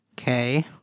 Okay